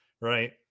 right